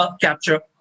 capture